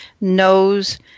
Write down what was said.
knows